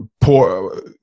poor